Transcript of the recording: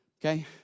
Okay